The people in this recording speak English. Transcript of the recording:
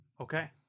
okay